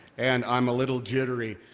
and i'm a little jittery.